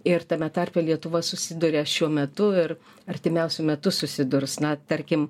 ir tame tarpe lietuva susiduria šiuo metu ir artimiausiu metu susidurs na tarkim